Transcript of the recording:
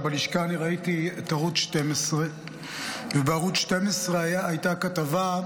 ובלשכה אני ראיתי את ערוץ 12. בערוץ 12 הייתה כתבה,